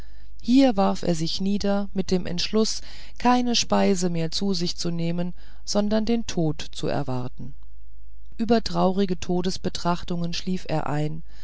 hier warf er sich nieder mit dem entschluß keine speise mehr zu sich zu nehmen sondern hier den tod zu erwarten über traurige todesbetrachtungen schlief er ein